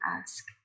ask